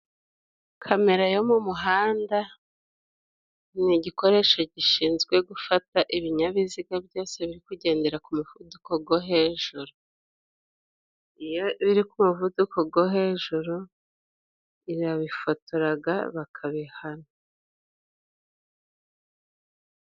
Kamera yo mumuhanda ni igikoresho gishinzwe gufata ibinyabiziga byose biri kugendera ku muvuduko gwo hejuru. Iyo biri ku muvuduko gwo hejuru, irabifotoraga bakabihana.